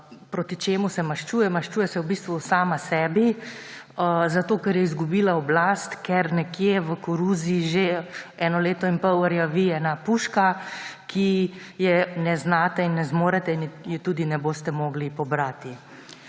Proti čemu se maščuje? Maščuje se v bistvu sama sebi, zato ker je izgubila oblast, ker nekje v koruzi že eno leto in pol rjavi ena puška, ki je ne znate in ne zmorete in je tudi ne boste mogli pobrati.